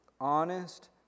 Honest